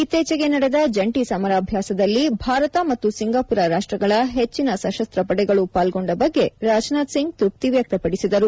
ಇತ್ತೀಚೆಗೆ ನಡೆದ ಜಂಟಿ ಸಮರಾಭ್ಯಾಸದಲ್ಲಿ ಭಾರತ ಮತ್ತು ಸಿಂಗಾಪುರ ರಾಷ್ಟ್ರಗಳ ಹೆಚ್ಚಿನ ಸಶಸ್ತ್ರಪಡೆಗಳು ಪಾಲ್ಗೊಂದ ಬಗ್ಗೆ ರಾಜನಾಥ್ ಸಿಂಗ್ ತೃಪ್ತಿ ವ್ಯಕ್ತಪಡಿಸಿದರು